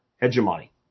hegemony